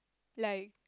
like